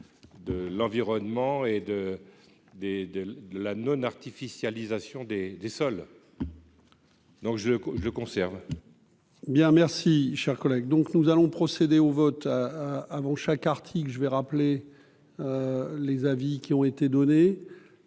de l'environnement et de des de la non-artificialisation des des sols donc je je conserve. Bien, merci, cher collègue, donc nous allons procéder au vote ah avant chaque article je vais rappeler les avis qui ont été données.